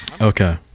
Okay